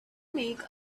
make